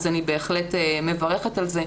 אז אני בהחלט מברכת על זה.